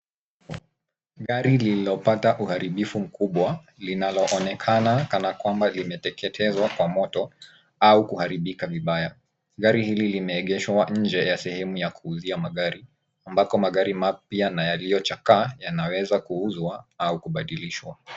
Gari lililopata uharibifu mkubwa, linaloonekana kana kwamba limeteketezwa kwa moto au kuharibika vibaya. Gari hili linaegeshwa nje ya sehemu ya kuuzia magari, ambako magari mapya na yaliyochakaa yanaweza kuuzwa au kubadilishwa.